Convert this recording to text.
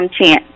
chance